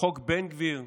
חוק בן גביר,